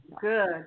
Good